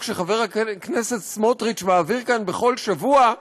שחבר הכנסת סמוטריץ מעביר כאן בכל שבוע,